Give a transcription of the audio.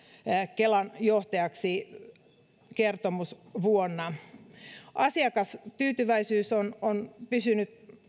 kelan johtajaksi kertomusvuonna asiakastyytyväisyys on on pysynyt